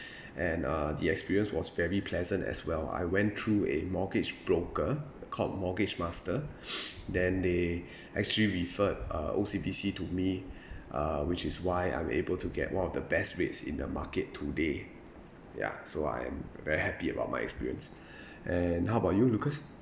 and uh the experience was very pleasant as well I went through a mortgage broker uh called mortgage master then they actually referred uh O_C_B_C to me uh which is why I'm able to get one of the best rates in the market today ya so I am very happy about my experience and how about you lucas